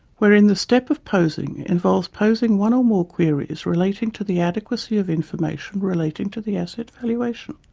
wherein the step of posing involves posing one or more queries relating to the adequacy of information relating to the asset valuation.